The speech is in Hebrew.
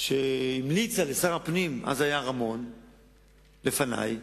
שהמליצה לשר הפנים, אז זה היה רמון שהיה לפני.